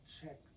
check